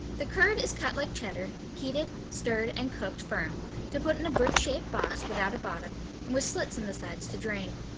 the curd is cut like cheddar, heated, stirred and cooked firm to put in a brick-shaped box without a bottom and with slits in the sides to drain.